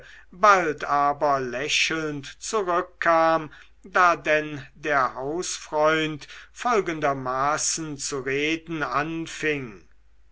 bald aber lächelnd zurückkam da denn der hausfreund folgendermaßen zu reden anfing